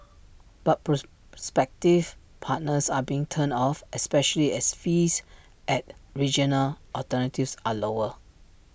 but prospective partners are being turned off especially as fees at regional alternatives are lower